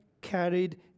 carried